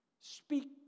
Speak